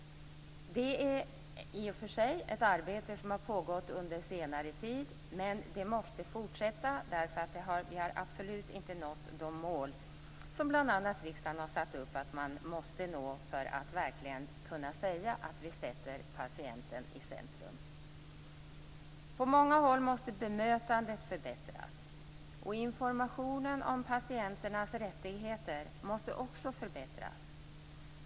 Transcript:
Det är i och för sig ett arbete som pågått under senare tid men som måste fortsätta därför att vi absolut inte nått de mål som bl.a. riksdagen satt upp för att att vi verkligen skall kunna säga att vi sätter patienten i centrum. På många håll måste bemötandet förbättras, och informationen om patientens rättigheter måste också förbättras.